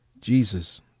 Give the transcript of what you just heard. Jesus